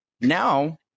now